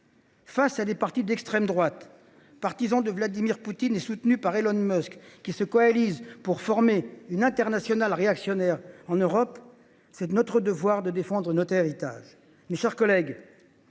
Face à des partis d’extrême droite, partisans de Vladimir Poutine et soutenus par Elon Musk, qui se coalisent pour former une internationale réactionnaire en Europe, il est de notre devoir de défendre notre héritage. L’Europe que